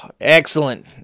Excellent